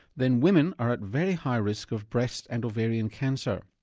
then women are at very high risk of breast and ovarian cancer.